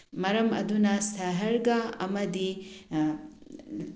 ꯃꯔꯝ ꯑꯗꯨꯅ ꯁꯍꯔꯒ ꯑꯃꯗꯤ